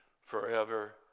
forever